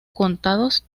contados